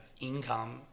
income